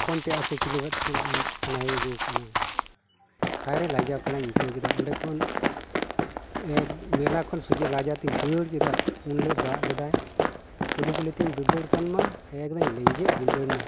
ᱦᱚᱯᱚᱱ ᱛᱮᱭᱟᱜ ᱥᱮ ᱪᱮᱞᱮᱢᱮᱱ ᱛᱮᱟᱜᱼᱟ ᱟᱹᱜᱩ ᱟᱠᱟᱫᱟ ᱦᱟᱭ ᱨᱮ ᱞᱟᱡᱟ ᱯᱟᱲᱟᱧ ᱟᱹᱭᱠᱟᱹᱣ ᱠᱮᱫᱟ ᱚᱸᱰᱮ ᱠᱷᱚᱱ ᱢᱮᱞᱟ ᱠᱷᱚᱱ ᱥᱚᱡᱷᱮ ᱞᱟᱡᱟᱣᱛᱤᱧ ᱫᱟᱹᱲ ᱠᱮᱫᱟ ᱩᱱ ᱦᱤᱞᱳᱜ ᱫᱟᱜ ᱞᱮᱫᱟᱭ ᱠᱩᱞᱤ ᱠᱩᱞᱤ ᱛᱤᱧ ᱫᱟᱹᱫᱟᱹᱲ ᱠᱟᱱ ᱢᱟ ᱮᱠᱫᱚᱢ ᱞᱮᱸᱡᱮᱫ ᱵᱤᱫᱟᱹᱲᱱᱟ